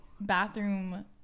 bathroom